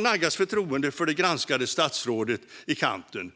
naggas förtroendet för det granskade statsrådet i kanten.